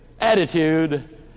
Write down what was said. attitude